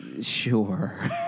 sure